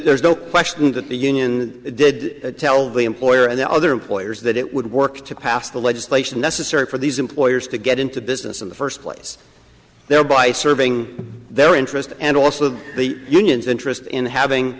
there's no question that the union did tell the employer and the other employers that it would work to pass the legislation necessary for these employers to get into business in the first place thereby serving their interest and also the union's interest in having